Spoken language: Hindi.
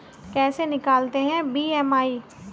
कैसे निकालते हैं बी.एम.आई?